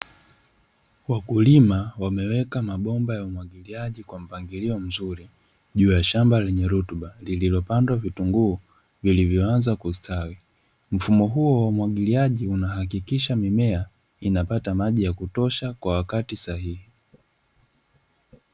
Wakulima wameweka mabomba ya umwagiliaji kwa mpangilio mzuri juu ya shamba lenye rutuba lililopandwa vitunguu vilivyoanza kustawi, mfumo huo wa umwagiliaji unahakikisha mimea inapata maji ya kutosha kwa wakati sahihi.